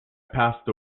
passed